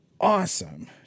awesome